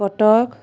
Cuttack